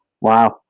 wow